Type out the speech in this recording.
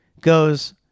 goes